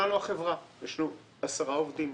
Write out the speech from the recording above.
בחברה יש לנו 10 עובדים.